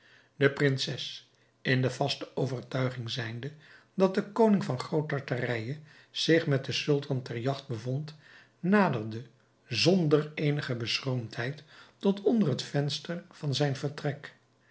de prinses in de vaste overtuiging zijnde dat de koning van groot tartarije zich met den sultan ter jagt bevond naderde zonder eenige beschroomdheid tot onder het venster van zijn vertrek